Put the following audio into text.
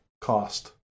cost